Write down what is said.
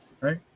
right